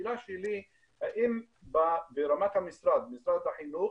השאלה שלי האם ברמת המשרד, משרד החינוך,